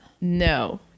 no